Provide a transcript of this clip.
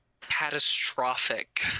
catastrophic